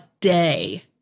day